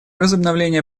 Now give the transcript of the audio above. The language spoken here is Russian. возобновление